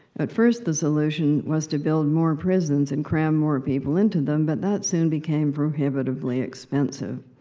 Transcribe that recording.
at first, the solution was to build more prisons, and cram more people into them. but that soon became prohibitively expensive.